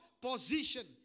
position